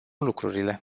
lucrurile